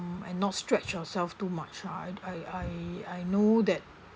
and not stretch yourself too much lah I I I I know that